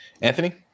anthony